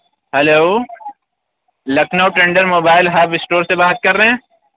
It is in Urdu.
hello Lucknow tender mobile hub store سے بات کر رہے ہیں